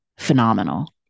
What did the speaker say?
phenomenal